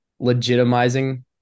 legitimizing